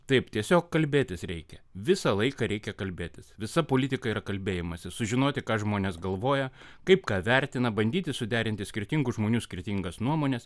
taip tiesiog kalbėtis reikia visą laiką reikia kalbėtis visa politika yra kalbėjimasis sužinoti ką žmonės galvoja kaip ką vertina bandyti suderinti skirtingų žmonių skirtingas nuomones